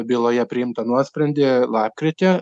byloje priimtą nuosprendį lapkritį